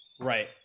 Right